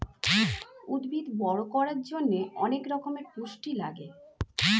উদ্ভিদ বড় করার জন্যে অনেক রকমের পুষ্টি লাগে